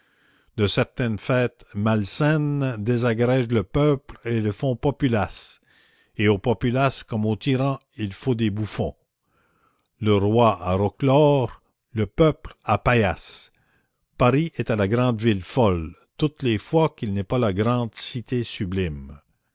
de certaines fêtes malsaines désagrègent le peuple et le font populace et aux populaces comme aux tyrans il faut des bouffons le roi a roquelaure le peuple a paillasse paris est la grande ville folle toutes les fois qu'il n'est pas la grande cité sublime